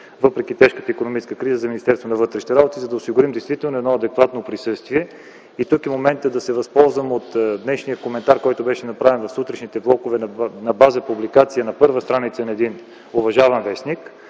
вътрешните работи, за да осигурим едно действително адекватно присъствие. И тук е моментът да се възползвам от днешния коментар, който беше направен в сутрешните блокове на база публикация на първа страница на един уважаван вестник.